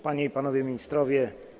Panie i Panowie Ministrowie!